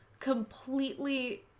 completely